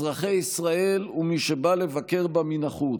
אזרחי ישראל ומי שבא לבקר בה מן החוץ,